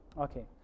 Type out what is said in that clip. Okay